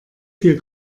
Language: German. viel